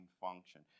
function